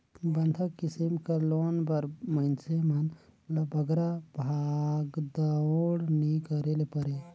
बंधक किसिम कर लोन बर मइनसे मन ल बगरा भागदउड़ नी करे ले परे